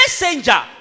messenger